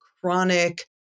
chronic